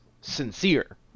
sincere